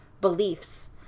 beliefs